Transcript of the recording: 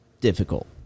difficult